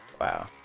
Wow